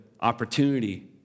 opportunity